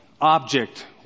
object